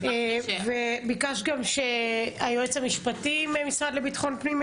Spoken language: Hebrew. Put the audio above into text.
היועץ המשפטי מהמשרד לביטחון פנים,